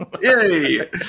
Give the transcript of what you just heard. Yay